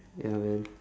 ya man